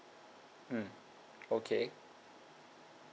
mm okay